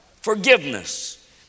forgiveness